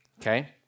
okay